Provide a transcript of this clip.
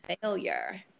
failure